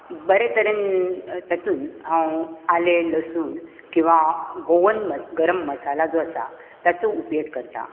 बरें तरेन तेतूंत हांव आलें लसूण किंवा गोवन मस गरम मसाला जो आसा ताचो उपयोग करता